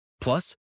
Plus